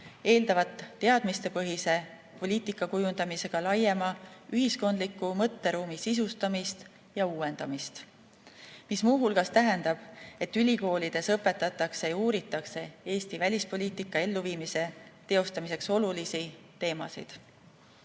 eeldavad teadmistepõhise poliitikakujundamisega laiema ühiskondliku mõtteruumi sisustamist ja uuendamist, mis muu hulgas tähendab, et ülikoolides õpetatakse ja uuritakse Eesti välispoliitika elluviimise teostamiseks olulisi teemasid.